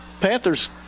Panthers